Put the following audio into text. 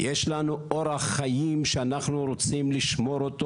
יש לנו אורח חיים שאנחנו רוצים לשמור אותו